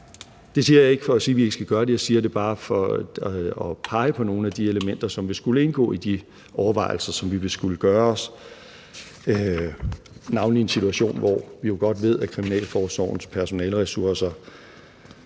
Det siger jeg ikke for at sige, at vi ikke skal gøre det. Jeg siger det bare for at pege på nogle af de elementer, som vil skulle indgå i de overvejelser, som vi vil skulle gøre os, navnlig i en situation, hvor vi jo godt ved, at kriminalforsorgens personaleressourcer